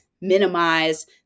minimize